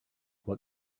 what